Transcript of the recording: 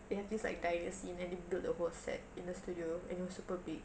they have this like dyna~ scene and they built the whole set in a studio and it was super big